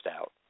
out